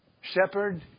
Shepherd